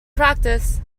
practice